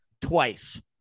twice